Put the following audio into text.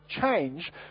change